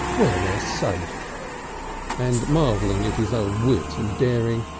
where they are safe and marvelling at his own wit and daring,